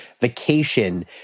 vacation